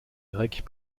grecques